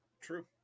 True